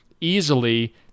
Easily